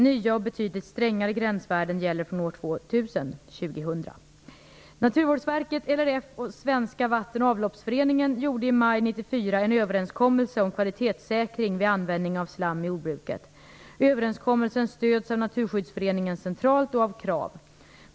Nya och betydligt strängare gränsvärden gäller från år Naturvårdsverket, LRF och Svenska vatten och avloppsföreningen gjorde i maj 1994 en överenskommelse om kvalitetssäkring vid användning av slam i jordbruket. Överenskommelsen stöds av Naturskyddsföreningen centralt och av KRAV.